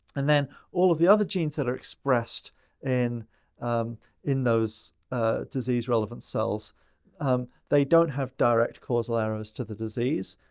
and then all of the other genes! that are expressed in in those disease relevant cells they don't have direct causal arrows to the disease.